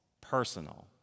personal